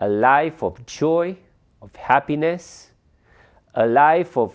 a life of joy of happiness a life of